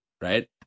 right